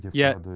yet,